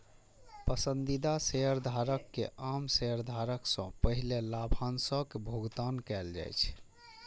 पसंदीदा शेयरधारक कें आम शेयरधारक सं पहिने लाभांशक भुगतान कैल जाइ छै